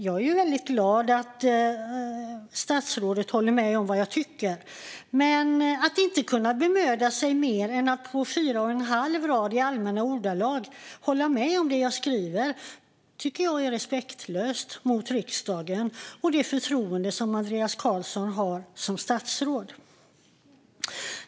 Jag är väldigt glad att statsrådet håller med om vad jag tycker, men att inte kunna bemöda sig mer än att på fyra och en halv rad i allmänna ordalag hålla med om det jag skriver tycker jag är respektlöst mot riksdagen och för det förtroende som Andreas Carlson har som statsråd.